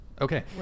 okay